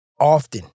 often